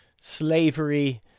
slavery